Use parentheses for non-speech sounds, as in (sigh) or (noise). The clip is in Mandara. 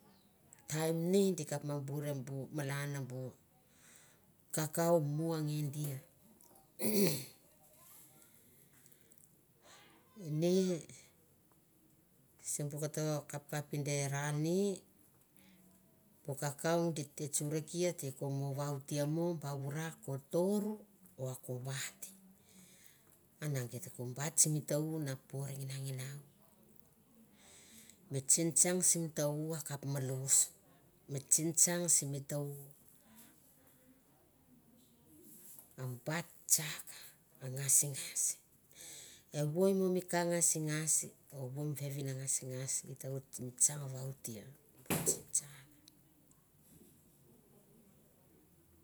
Taim ni di kap ba bur e malan bu kakau muo nge dia (noise) ini simbu katokapkapdera ni bu kakau di te tsaorkia ate ko mo voute mo ba vura a kol tour o a ko vati, ana gat te ko bat simi to- u na malous, mi tsingtsang simi ta- u o bait tsak, a ngaasingas, o evoi mi vevin ngasingas i ta oit na tsang vaute ne (noise) mi tsingtsang.